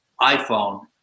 iPhone